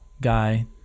guy